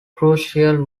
crucial